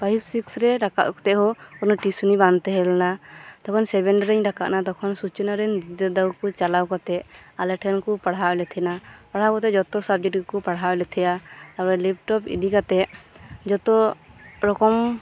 fives ᱥᱤᱠᱥᱨᱮ ᱨᱟᱠᱟᱵ ᱠᱟᱛᱮᱫ ᱦᱚᱸ ᱠᱚᱱᱚ ᱴᱤᱣᱥᱩᱱᱤ ᱵᱟᱝ ᱛᱟᱦᱮᱸᱞᱮᱱᱟ ᱛᱚᱠᱷᱚᱱ ᱥᱮᱵᱷᱮᱱ ᱨᱮᱧ ᱨᱟᱠᱟᱵ ᱱᱟ ᱛᱚᱠᱷᱚᱱ ᱥᱩᱪᱚᱱᱟ ᱨᱮᱱ ᱫᱟᱫᱟ ᱛᱟᱠᱩᱠᱩ ᱪᱟᱞᱟᱣ ᱠᱟᱛᱮᱜ ᱟᱞᱮᱴᱷᱮᱱ ᱠᱩ ᱯᱟᱲᱦᱟᱣᱮᱫ ᱞᱮᱛᱟᱦᱮᱸᱱᱟ ᱯᱟᱲᱦᱟᱣ ᱠᱟᱛᱮᱫ ᱡᱚᱛᱚ ᱥᱟᱵᱡᱮᱴ ᱜᱮᱠᱩ ᱯᱟᱲᱦᱟᱣᱮᱫᱞᱮ ᱛᱟᱦᱮᱸᱫ ᱟ ᱛᱟᱨᱯᱚᱨ ᱞᱮᱯᱴᱚᱯ ᱤᱫᱤ ᱠᱟᱛᱮᱫ ᱡᱚᱛᱚ ᱨᱚᱠᱚᱢ